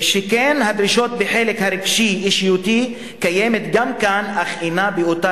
שכן הדרישות בחלק הרגשי-אישיותי קיימות גם כאן אך אינן באותה